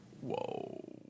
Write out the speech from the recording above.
Whoa